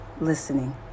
listening